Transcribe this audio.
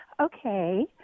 Okay